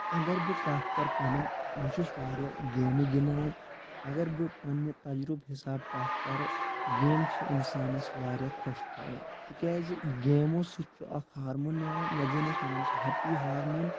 اگر بہٕ کَتھ کَرٕ پَنٕنۍ بہٕ چھُس واریاہ گیمہٕ گِنٛدان اگر بہٕ پننہِ تجرُبہٕ حِساب کَتھ کَرٕ گیمہٕ چھِ اِنسانَس واریاہ خۄش تھاوان تِکیازِ گیمو سۭتۍ چھُ اکھ ہارمون نیران یَتھ زَن أسۍ وَنان چھِ ہیٚپی ہارمون